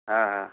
ହଁ ହଁ